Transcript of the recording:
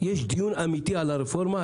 יש דיון אמיתי על הרפורמה,